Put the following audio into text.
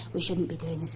we shouldn't be doing this